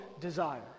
desire